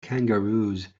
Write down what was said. kangaroos